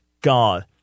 God